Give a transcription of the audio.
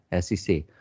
sec